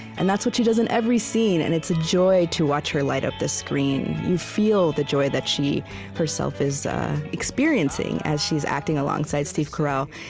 and that's what she does in every scene. and it's a joy to watch her light up the screen. you feel the joy that she herself is experiencing, as she's acting alongside steve carell.